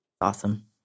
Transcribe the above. Awesome